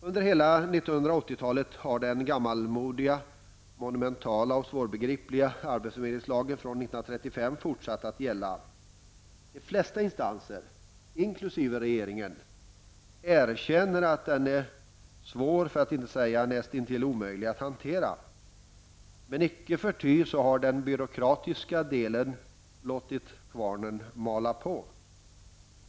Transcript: Under hela 1980-talet har den gammalmodiga, monumentala och svårbegripliga arbetsförmedlingslagen från 1935 fortsatt att gälla. De flesta instanser, inkl. regeringen, erkänner att den är svår, för att inte säga näst intill omöjlig, att hantera. Men icke förty har man i den byråkratiska delen låtit kvarnen mala på.